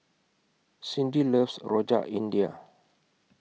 Cindi loves Rojak India